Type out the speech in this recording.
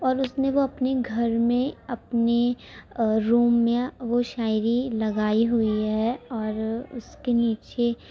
اور اس نے وہ اپنے گھر میں اپنی روم میں وہ شاعری لگائی ہوئی ہے اور اس کے نیچے